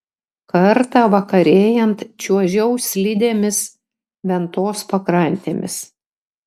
kartą vakarėjant čiuožiau slidėmis ventos pakrantėmis